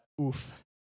oof